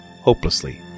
Hopelessly